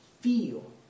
feel